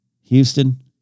Houston